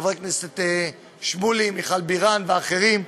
חברי הכנסת שמולי, מיכל בירן ואחרים.